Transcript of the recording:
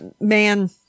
Man